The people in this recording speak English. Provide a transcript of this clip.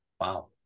Wow